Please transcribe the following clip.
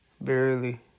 Barely